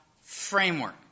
framework